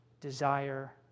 desire